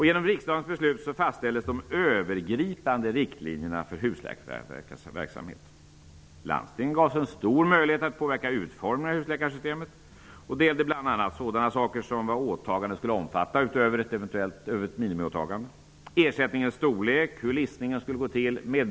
Genom riksdagens beslut fastställdes de övergripande riktlinjerna för husläkarverksamheten. Landstingen gavs en stor möjlighet att påverka utformningen av husläkarsystemet. Det gällde bl.a. sådana saker som vad åtagandet skulle omfatta utöver ett minimiåtagande, ersättningens storlek och hur listningen skulle gå till.